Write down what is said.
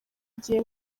igihe